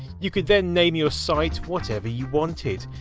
you could then name your site whatever you wanted,